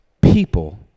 people